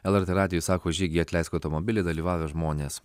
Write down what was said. lrt radijui sako žygį atleisk automobili dalyvavę žmonės